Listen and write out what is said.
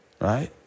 Right